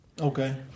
Okay